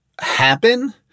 happen